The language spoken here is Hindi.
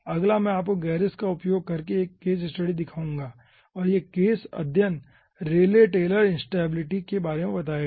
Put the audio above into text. अगला मैं आपको गेरिस का उपयोग करके 1 केस स्टडी दिखाऊंगा और यह केस अध्ययन रेले टेलर इंस्टैबिलिटी के बारे में बताएगा